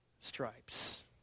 stripes